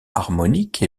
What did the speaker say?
harmoniques